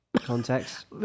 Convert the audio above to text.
Context